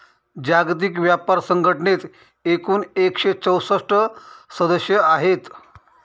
जागतिक व्यापार संघटनेत एकूण एकशे चौसष्ट सदस्य आहेत